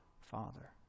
Father